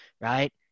right